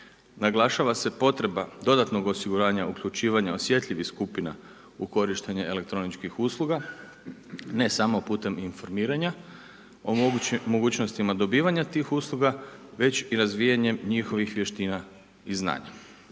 Naglašava se potreba dodatnog osiguranja uključivanja osjetljivih skupina u korištenje elektroničkih usluga, ne samo putem informiranja, o mogućnostima dobivanja tih usluga već i razvijanjem njihovih vještina i znanja.